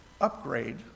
upgrade